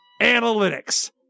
analytics